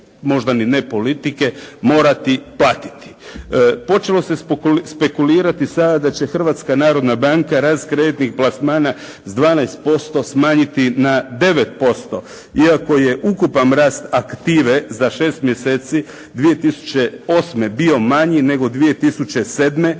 možda ni ne politike morati platiti. Počelo se špekulirati sada da će Hrvatska narodna banka rast kreditnih plasmana sa 12Ž% smanjiti na 9% iako je ukupan rast aktive za 6 mjeseci 2008. bio manji nego 2007.